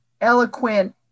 eloquent